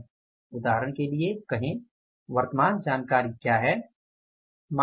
उदाहरण के लिए कहें वर्तमान जानकारी क्या है